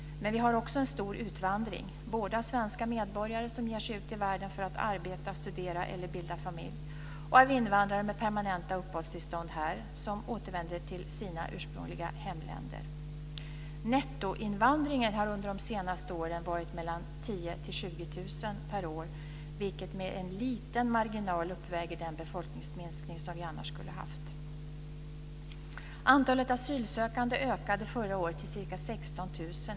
Men vi har också en stor utvandring, både av svenska medborgare som ger sig ut i världen för att arbeta, studera eller bilda familj, och av invandrare med permanenta uppehållstillstånd här som återvänder till sina ursprungliga hemländer. Nettoinvandringen har under de senaste åren varit 10 000-20 000 per år, vilket med en liten marginal uppväger den befolkningsminskning vi annars skulle ha haft.